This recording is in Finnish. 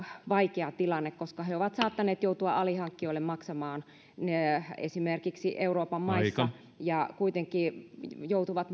vaikea tilanne koska ne ovat saattaneet joutua maksamaan alihankkijoille esimerkiksi euroopan maissa ja kuitenkin joutuvat